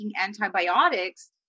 antibiotics